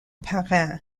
parrain